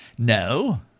No